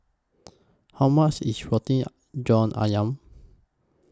How much IS Roti John Ayam